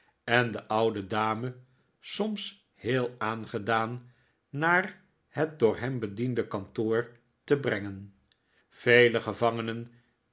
en de oude dame soms heel aangedaan naar het door hem bediende kantoor te brengen vele gevangenen